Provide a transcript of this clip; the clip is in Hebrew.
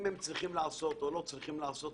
אם הם צריכים לעשות או לא צריכים לעשות,